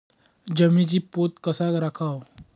जमिनीचा पोत कसा राखावा?